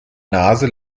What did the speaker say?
nase